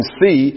see